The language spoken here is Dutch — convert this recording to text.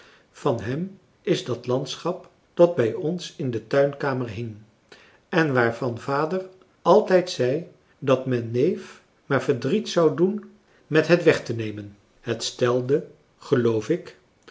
van hem is dat landschap dat bij ons in de tuinkamer hing en waarvan vader altijd zei dat men neef maar verdriet zou doen met het weg te nemen het stelde geloof ik